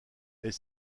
est